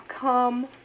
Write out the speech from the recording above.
come